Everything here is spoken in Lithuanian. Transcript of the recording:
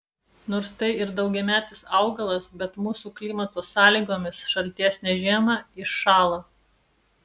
nors tai ir daugiametis augalas bet mūsų klimato sąlygomis šaltesnę žiemą iššąla